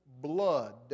blood